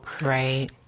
Right